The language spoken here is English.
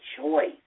choice